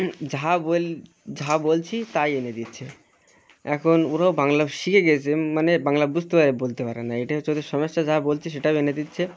ঝাঁ যা বলছি তাই এনে দিচ্ছে এখন ওরাও বাংলা শিখে গেছে মানে বাংলা বুঝতে পারে বলতে পারে না এটা হচ্ছে ওদের সমস্যা যা বলছি সেটাও এনে দিচ্ছে